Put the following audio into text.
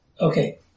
Okay